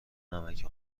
نمک